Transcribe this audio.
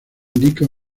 indica